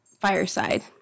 fireside